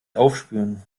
aufspüren